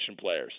players